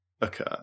occur